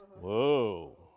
Whoa